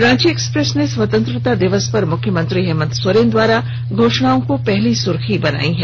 Ranchi Express ने स्वतंत्रता दिवस पर मुख्यमंत्री हेमंत सोरेन द्वारा घोषणाओं को अपनी पहली सुर्खी बनाई है